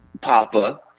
Papa